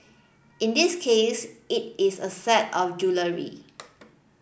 in this case it is a set of jewellery